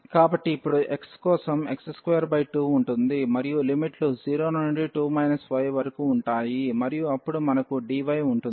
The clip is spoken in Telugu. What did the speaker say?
కాబట్టి ఇప్పుడు x కోసం x22 ఉంటుంది మరియు లిమిట్లు 0 నుండి 2 y వరకు ఉంటాయి మరియు అప్పుడు మనకు dy ఉంటుంది